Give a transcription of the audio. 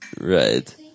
Right